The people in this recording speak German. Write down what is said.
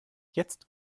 jetzt